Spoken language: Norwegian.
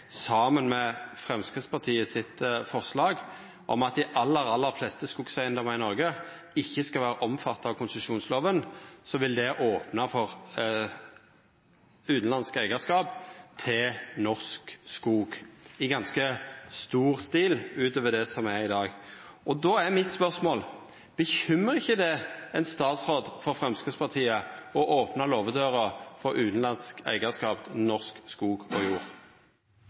saman dei forslaga regjeringa har, med forslaget frå Framstegspartiet om at dei aller fleste skogeigedomar i Noreg ikkje skal vera omfatta av konsesjonslova, vil det opna for utanlandsk eigarskap til norsk skog i ganske stor stil samanlikna med slik det er i dag. Då er spørsmålet mitt: Bekymrar det ikkje ein statsråd frå Framstegspartiet å opna låvedøra for utanlandsk eigarskap til norsk jord og skog?